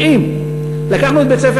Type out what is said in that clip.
90. לקחנו את בית-ספר